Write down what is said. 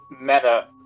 meta